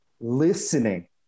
listening